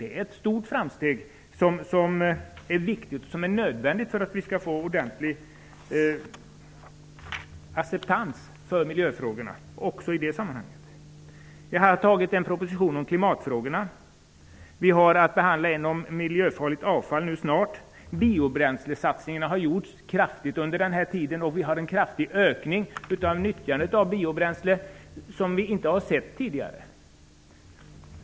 Det är ett stort framsteg, som är nödvändigt för att vi skall få ordentlig acceptans för miljöfrågorna också i det sammanhanget. Vi har antagit en proposition om klimatfrågorna. Vi har nu snart att behandla en proposition om miljöfarligt avfall. Stora satsningar har gjorts på biobränsle under den borgerliga regeringstiden, och det har skett en kraftig ökning av nyttjandet av biobränslen som vi inte har sett tidigare.